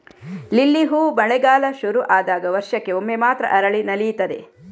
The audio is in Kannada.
ಲಿಲ್ಲಿ ಹೂ ಮಳೆಗಾಲ ಶುರು ಆದಾಗ ವರ್ಷಕ್ಕೆ ಒಮ್ಮೆ ಮಾತ್ರ ಅರಳಿ ನಲೀತದೆ